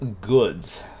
goods